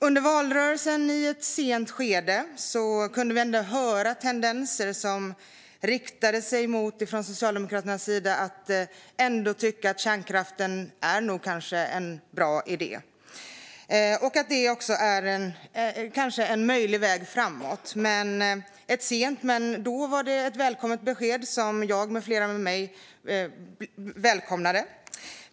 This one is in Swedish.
Under ett sent skede i valrörelsen kunde vi ändå höra tendenser från Socialdemokraternas sida att man ändå kunde tycka att kärnkraften kanske är en bra idé och att det kanske också är en möjlig väg framåt. Då var det ett sent men välkommet besked som jag och flera med mig välkomnade.